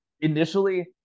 initially